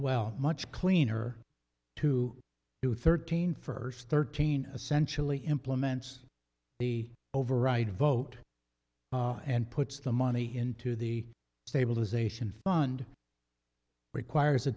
well much cleaner to do thirteen first thirteen essentially implements the override vote and puts the money into the stabilization fund requires a